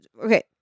okay